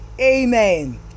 Amen